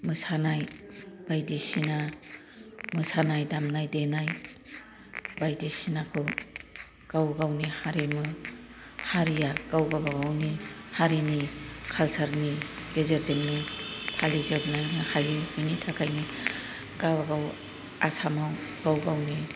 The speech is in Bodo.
मोसानाय बायदिसिना मोसानाय दामनाय देनाय बायदिसिनाखौ गाव गावनि हारिमु हारिआ गाव गावबा गावनि हारिनि कालचारनि गेजेरजोंनो फालिजोबनो हाखयो बेनि थाखायनो गाव गाव आसाम आव गाव गावनि